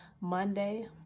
Monday